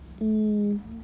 mm